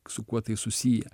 su kuo tai susiję